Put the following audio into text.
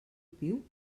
piu